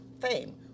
fame